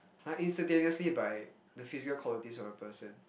!huh! instantaneously by the physical qualities of a person